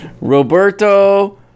Roberto